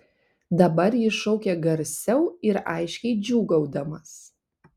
dabar jis šaukė garsiau ir aiškiai džiūgaudamas